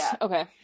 okay